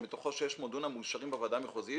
שמתוכו 600 דונם מאושרים בוועדה המחוזית